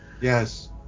Yes